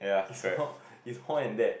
it's more it's more than that